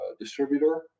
distributor